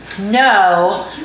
No